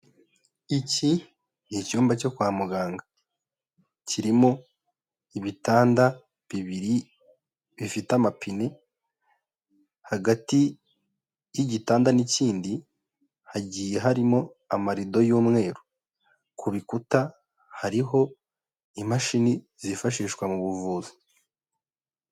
Iki ni icyumba cyo kwa muganga. Kirimo ibitanda bibiri bifite amapine, hagati y'igitanda n'ikindi hagiye harimo amarido y'umweru. Ku bikuta hariho imashini zifashishwa mu buvuzi.